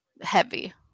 heavy